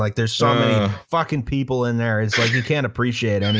like there's so many fuckin' people in there, it's like, you can't appreciate i mean